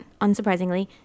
unsurprisingly